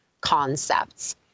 concepts